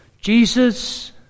Jesus